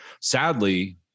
Sadly-